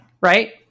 Right